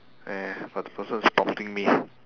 eh but the person is prompting me